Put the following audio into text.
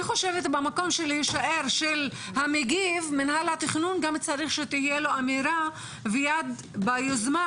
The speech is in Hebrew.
אני חושבת שמינהל התכנון גם צריך שתהיה לו אמירה ויד ביוזמה